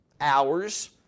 hours